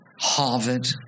Harvard